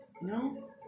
No